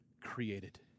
created